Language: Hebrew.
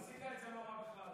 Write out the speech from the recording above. עשית את זה לא רע בכלל.